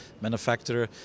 manufacturer